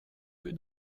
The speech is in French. que